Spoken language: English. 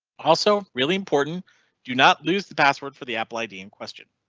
also really important do not lose the password for the apple id in question.